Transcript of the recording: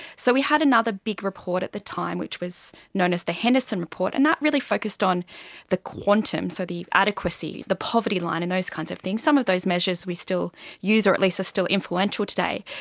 so we had another big report at the time which was known as the henderson report, and that really focused on the quantum so the adequacy, the poverty line and those kinds of things. some of those measures we still use or at least are still influential today,